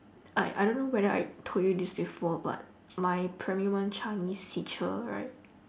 I I don't think whether I told you this before but my primary one chinese teacher right